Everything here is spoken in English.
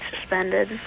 suspended